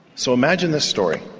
so imagine this story.